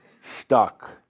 stuck